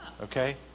Okay